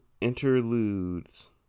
Interludes